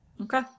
okay